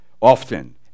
Often